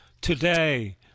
today